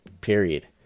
Period